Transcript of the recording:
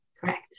Correct